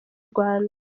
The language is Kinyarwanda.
rwanda